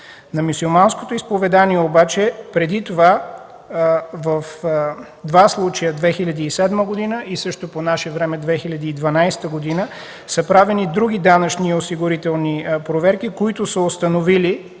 На мюсюлманското изповедание обаче преди това, в два случая през 2007 г. и също по наше време – 2012 г., са правени други данъчни и осигурителни проверки, които са установили